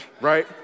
right